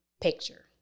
picture